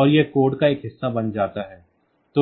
और यह कोड का एक हिस्सा बन जाता है